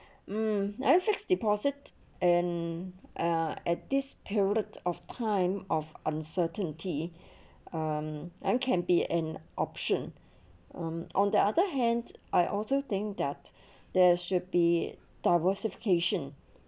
mm actually fixed deposit and uh at this period of time of uncertainty um and can be an option um on the other hand I also think that there should be a diversification